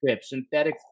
synthetic